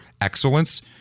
excellence